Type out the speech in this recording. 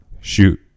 shoot